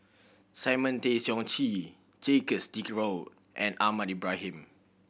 Simon Tay Seong Chee Jacques De Coutre and Ahmad Ibrahim